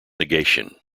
negation